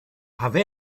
have